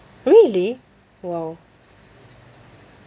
really !wow!